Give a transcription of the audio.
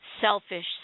selfish